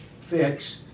fix